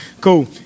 cool